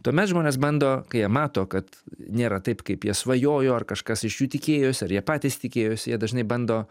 tuomet žmonės bando kai jie mato kad nėra taip kaip jie svajojo ar kažkas iš jų tikėjosi ar jie patys tikėjosi jie dažnai bando